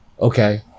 Okay